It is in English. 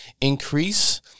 increase